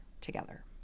together